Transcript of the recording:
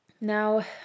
Now